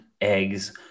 eggs